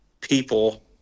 people